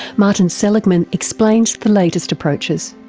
martin seligman explains the latest approaches.